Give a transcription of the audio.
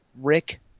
Rick